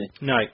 No